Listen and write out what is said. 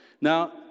Now